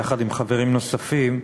יחד עם חברים נוספים,